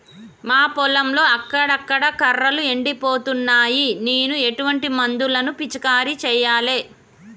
మా పొలంలో అక్కడక్కడ కర్రలు ఎండిపోతున్నాయి నేను ఎటువంటి మందులను పిచికారీ చెయ్యాలే?